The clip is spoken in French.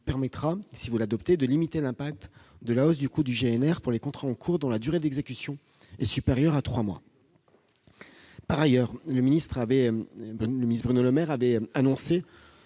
permettra, si vous l'adoptez, de limiter l'impact de la hausse du coût du GNR pour les contrats en cours dont la durée d'exécution est supérieure à trois mois. Par ailleurs, Bruno Le Maire avait annoncé